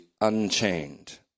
unchained